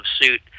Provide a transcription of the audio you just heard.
suit